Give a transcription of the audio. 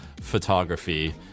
photography